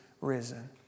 risen